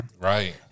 Right